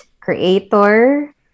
creator